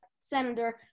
senator